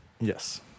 Yes